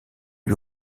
lui